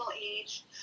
age